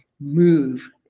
move